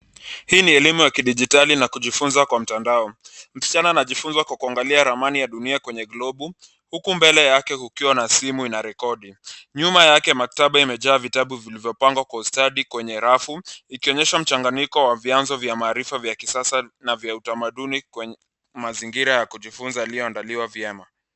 Hii ni elimu ya kidijitali na kujifunza kwa mtandao. Msichana anajifunza Kwa kuangalia ramani ya dunia kwenye globu huku mbele yake kukiwa na simu inarekodi. Nyuma yake, maktaba imejaa vitabu vilivyopangwa kwa ustadi kwenye rafu ikionyesha mchanganyiko wa vianzo vya maarifa vya kisasa na vya utamaduni kwenye mazingira ya kujifunza yaliyoandikwa vyema.